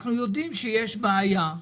אנחנו יודעים שיש בעיה,